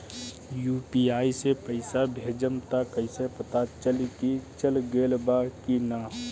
UPI से पइसा भेजम त कइसे पता चलि की चल गेल बा की न?